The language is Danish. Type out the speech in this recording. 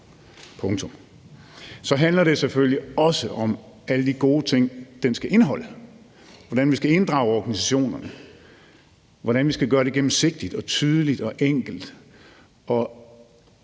Så handler det selvfølgelig også om alle de gode ting, den skal indeholde – hvordan vi skal inddrage organisationerne, hvordan vi skal gøre det gennemsigtigt, tydeligt, enkelt